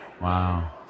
Wow